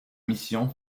mission